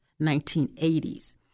1980s